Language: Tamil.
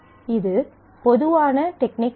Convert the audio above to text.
இது ஒரு பொதுவான டெக்னிக் ஆகும்